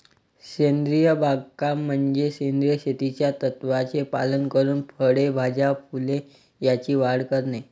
सेंद्रिय बागकाम म्हणजे सेंद्रिय शेतीच्या तत्त्वांचे पालन करून फळे, भाज्या, फुले यांची वाढ करणे